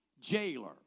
jailer